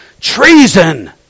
treason